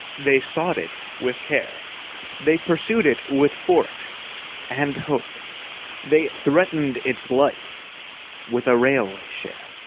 they sought it with care they pursued it with forks and hope they threatened its life with a railway-share